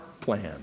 plan